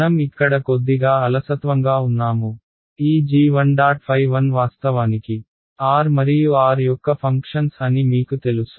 మనం ఇక్కడ కొద్దిగా అలసత్వంగా ఉన్నాము ఈ g1ɸ1 వాస్తవానికి r మరియు r యొక్క ఫంక్షన్స్ అని మీకు తెలుసు